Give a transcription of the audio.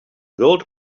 gold